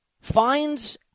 Finds